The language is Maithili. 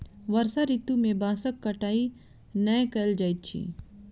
वर्षा ऋतू में बांसक कटाई नै कयल जाइत अछि